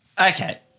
Okay